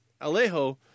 Alejo